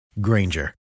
Granger